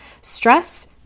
Stress